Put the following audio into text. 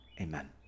Amen